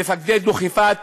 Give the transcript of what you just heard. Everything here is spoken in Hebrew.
מפקדי דוכיפת